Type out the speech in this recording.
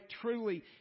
truly